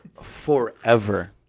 forever